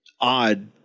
odd